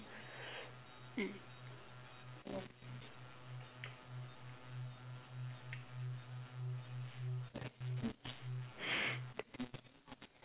mm